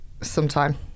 sometime